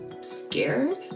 scared